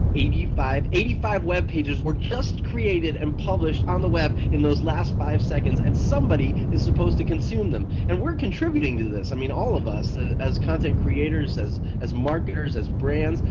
eighty five eighty five web pages were just created and published on the web in those last five seconds and somebody is supposed to consume them, and we're contributing to this. i mean all of us ah as content creators, as as marketers, as brands,